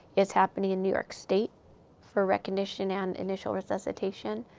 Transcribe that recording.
it's happening in new york state for recognition and initial resuscitation.